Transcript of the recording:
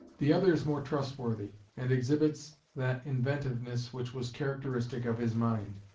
the other is more trustworthy, and exhibits that inventiveness which was characteristic of his mind.